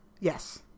Yes